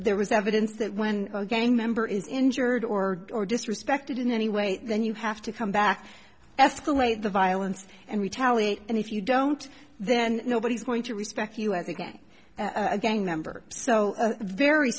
there was evidence that when a gang member is injured or or disrespected in any way then you have to come back escalate the violence and retaliate and if you don't then nobody is going to respect us again a gang member so a very